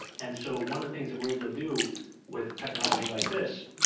and so one of the things that we're able to do with technology like this